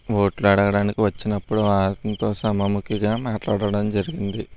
ఓట్లు అడగడానికి వచ్చినప్పుడు ఆయనతో సభాముఖిగా మాట్లాడడం జరిగింది